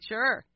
Sure